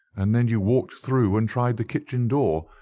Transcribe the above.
and then you walked through and tried the kitchen door,